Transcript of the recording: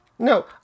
No